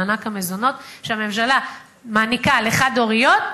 מענק המזונות שהממשלה מעניקה לחד-הוריות,